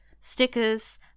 stickers